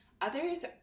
Others